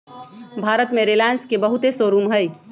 भारत में रिलाएंस के बहुते शोरूम हई